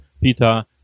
peter